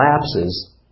lapses